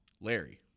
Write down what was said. Larry